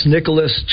Nicholas